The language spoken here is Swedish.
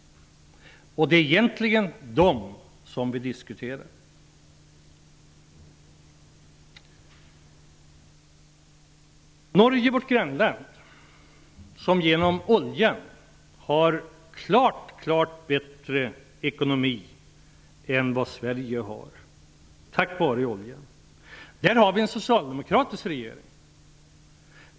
Det är ju dem vi diskuterar. Vårt grannland Norge har klart bättre ekonomi än Sverige tack vare oljan. Där har man en socialdemokratisk regering.